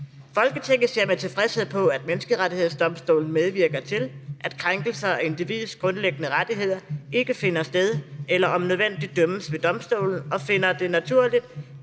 Folketinget ser med tilfredshed på, at Menneskerettighedsdomstolen medvirker til, at krænkelser af individets grundlæggende rettigheder ikke finder sted eller om nødvendigt dømmes ved domstolen, og finder det naturligt,